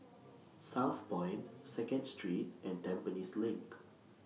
Southpoint Second Street and Tampines LINK